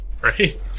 Right